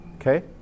okay